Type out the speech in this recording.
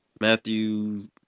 Matthew